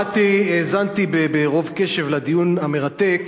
עמדתי והאזנתי ברוב קשב לדיון המרתק,